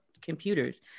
computers